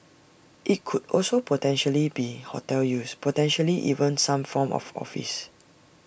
IT could also potentially be hotel use potentially even some form of office